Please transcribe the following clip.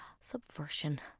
subversion